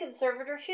conservatorship